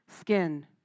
skin